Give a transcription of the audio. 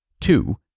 Two